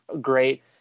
great